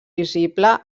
visible